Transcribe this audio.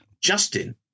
Justin